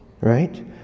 right